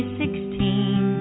sixteen